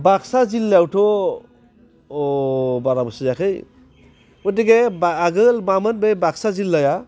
बाक्सा जिल्लायावथ' अह बारा बोसोर जायाखै गथिखे बा आगोल मामोन बे बाक्सा जिल्लाया